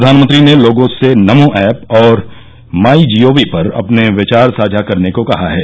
प्रधानमंत्री ने लोगों से नमो ऐप अउर माइ जीओवी गॉव पर अपने विचार साझा करने को कहा है